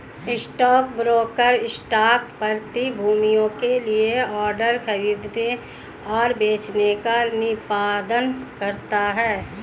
stockbroker stock प्रतिभूतियों के लिए ऑर्डर खरीदने और बेचने का निष्पादन करता है